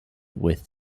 with